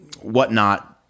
whatnot